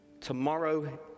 tomorrow